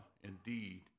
indeed